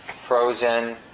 frozen